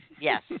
Yes